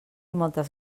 moltes